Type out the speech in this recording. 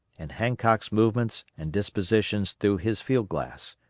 and hancock's movements and dispositions through his field-glass.